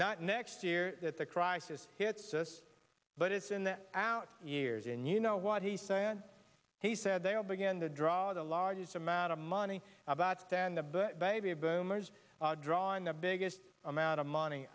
not next year that the crisis hits us but it's in the out years in you know what he said he said they will begin to draw the largest amount of money about stand up but baby boomers drawing the biggest amount of money